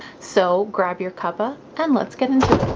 so, grab your cuppa, and let's get into